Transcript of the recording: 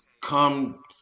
come